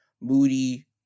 moody